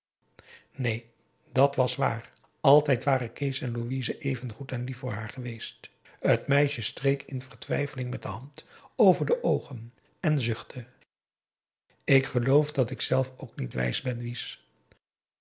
neen dat was waar altijd waren kees en louise even goed en lief voor haar geweest het meisje streek in vertwijfeling met de hand over de oogen en zuchtte ik geloof dat ik zelf ook niet wijs